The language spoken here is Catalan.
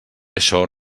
això